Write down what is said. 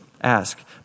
Ask